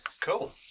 Cool